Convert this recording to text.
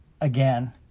Again